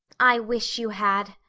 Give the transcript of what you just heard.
i wish you had,